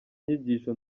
nyigisho